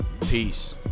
Peace